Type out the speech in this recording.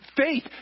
faith